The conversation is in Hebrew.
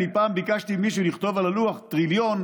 פעם ביקשתי ממישהו לכתוב על הלוח טריליון,